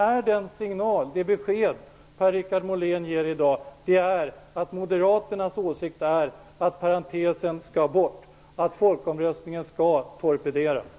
Är den signal som Per-Richard Molén ger i dag att Moderaternas åsikt är att parentesen skall bort och att folkomröstningen skall torpederas?